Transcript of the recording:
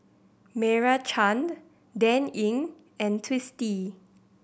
Meira Chand Dan Ying and Twisstii